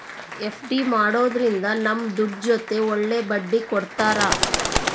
FD ಮಾಡೋದ್ರಿಂದ ನಮ್ ದುಡ್ಡು ಜೊತೆ ಒಳ್ಳೆ ಬಡ್ಡಿ ಕೊಡ್ತಾರ